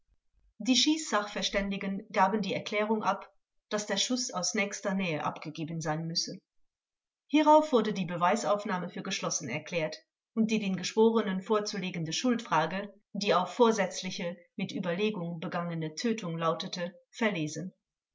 die schießsachverständigen gaben die erklärung ab daß der schuß aus nächster nähe abgegeben sein müsse hierauf wurde die beweisaufnahme für geschlossen erklärt und die den geschworenen vorzulegende schuldfrage die auf vorsätzliche mit überlegung begangene tötung lautete verlesen